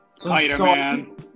Spider-Man